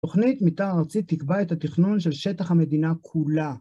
תוכנית מתאר ארצית תקבע את התכנון של שטח המדינה כולה.